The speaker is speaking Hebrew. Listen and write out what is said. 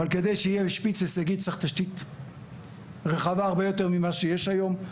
אבל כדי שיהיה שפיץ הישגי צריך תשתית רחבה הרבה יותר ממה שיש היום.